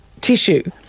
tissue